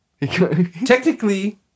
Technically